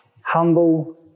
Humble